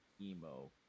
emo